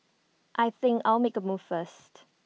I think I'll make A move first